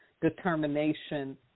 determination